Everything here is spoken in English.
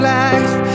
life